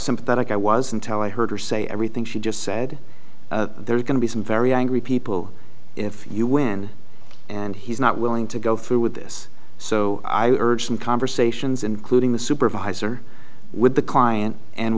sympathetic i was until i heard her say everything she just said there are going to be some very angry people if you win and he's not willing to go through with this so i urge some conversations including the supervisor with the client and